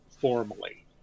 formally